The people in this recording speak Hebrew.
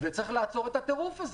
וצריך לעצור את הטירוף הזה.